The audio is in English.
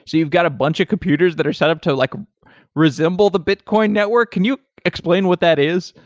you've got a bunch of computers that are setup to like resemble the bitcoin network. can you explain what that is?